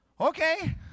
Okay